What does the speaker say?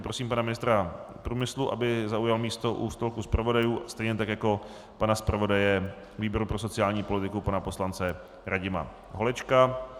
Prosím pana ministra průmyslu, aby zaujal místo u stolku zpravodajů, stejně tak jako pana zpravodaje výboru pro sociální politiku pana poslance Radima Holečka.